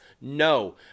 No